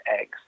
eggs